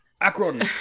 Akron